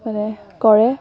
কৰে